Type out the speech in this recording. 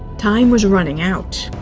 time was running out.